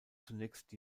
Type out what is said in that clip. zunächst